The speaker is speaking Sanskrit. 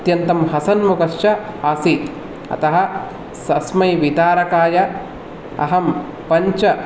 अत्यन्तं हसन्मुखश्च आसीत् अतः सस्मै वितारकाय अहं पञ्च